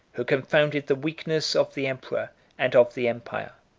who confounded the weakness of the emperor and of the empire.